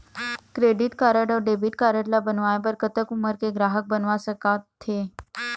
Credit card अऊ debit card ला बनवाए बर कतक उमर के ग्राहक बनवा सका थे?